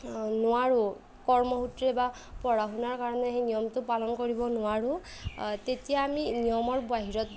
নোৱাৰোঁ কৰ্মসূত্ৰে বা পঢ়া শুনাৰ কাৰণে সেই নিয়মটো পালন কৰিব নোৱাৰোঁ তেতিয়া আমি নিয়মৰ বাহিৰত